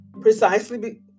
precisely